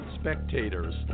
Spectators